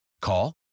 Call